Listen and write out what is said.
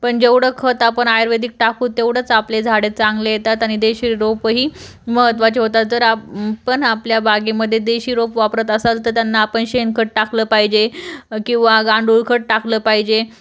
पण जेवढं खत आपण आयुर्वेदिक टाकू तेवढंच आपले झाडं चांगले येतात आणि देशी रोपही महत्त्वाचे होतात तर आपण आपल्या बागेमध्ये देशी रोप वापरत असाल तर त्यांना आपण शेणखत टाकलं पाहिजे किंवा गांडूळ खत टाकलं पाहिजे